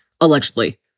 allegedly